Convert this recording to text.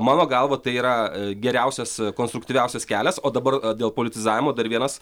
mano galva tai yra geriausias konstruktyviausias kelias o dabar dėl politizavimo dar vienas